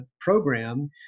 program